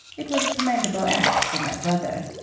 it was a commendable act for my brother.